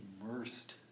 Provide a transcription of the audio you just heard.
immersed